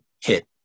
hit